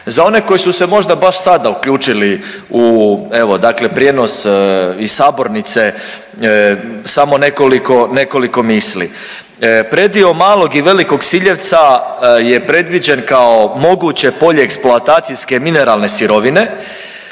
Za one koji su se možda baš sada uključili u evo dakle prijenos iz sabornice samo nekoliko, nekoliko misli. Predio Malog i Velikog Siljevca je predviđen kao moguće polje eksploatacijske mineralne sirovine